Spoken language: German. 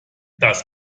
das